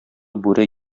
бүре